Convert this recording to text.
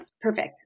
Perfect